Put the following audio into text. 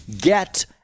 get